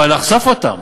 אבל נחשוף אותם,